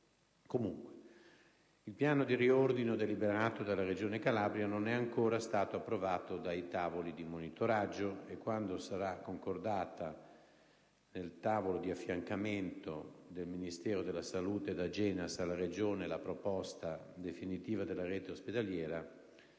Comunque, il piano di riordino deliberato dalla Regione Calabria non è stato ancora approvato dai tavoli di monitoraggio e quando nel tavolo di affiancamento del Ministero della salute ed AGENAS alla Regione sarà concordata la proposta definitiva della rete ospedaliera,